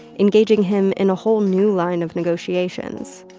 engaging him in a whole new line of negotiations.